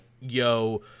yo